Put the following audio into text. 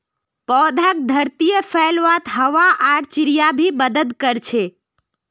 पौधाक धरतीत फैलवात हवा आर चिड़िया भी मदद कर छे